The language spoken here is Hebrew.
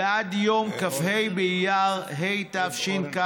ועד יום כ"ה באייר התשכ"ז,